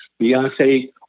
Beyonce